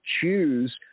choose